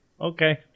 Okay